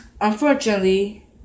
Unfortunately